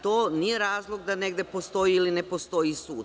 To nije razlog da negde postoji ili ne postoji sud.